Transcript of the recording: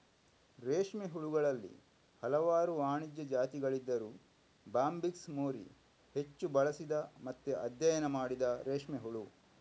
ರೇಷ್ಮೆ ಹುಳುಗಳಲ್ಲಿ ಹಲವಾರು ವಾಣಿಜ್ಯ ಜಾತಿಗಳಿದ್ದರೂ ಬಾಂಬಿಕ್ಸ್ ಮೋರಿ ಹೆಚ್ಚು ಬಳಸಿದ ಮತ್ತೆ ಅಧ್ಯಯನ ಮಾಡಿದ ರೇಷ್ಮೆ ಹುಳು